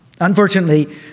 Unfortunately